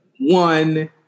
One